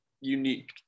unique